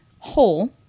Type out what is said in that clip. hole